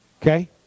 okay